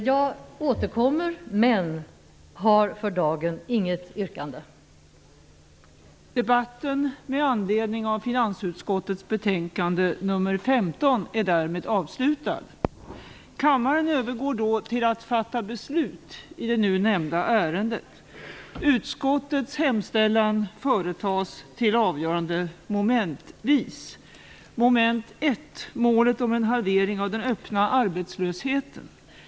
Jag har för dagen inget yrkande, men jag återkommer.